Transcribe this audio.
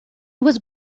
was